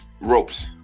ropes